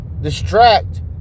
distract